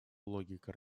логика